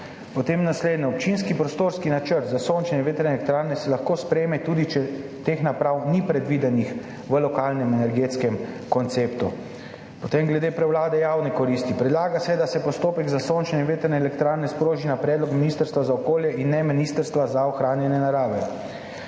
Potem naslednje. Občinski prostorski načrt za sončne in vetrne elektrarne se lahko sprejme, tudi če teh naprav ni predvidenih v lokalnem energetskem konceptu. Potem glede prevlade javne koristi. Predlaga se, da se postopek za sončne in vetrne elektrarne sproži na predlog ministrstva za okolje in ne ministrstva za ohranjanje narave.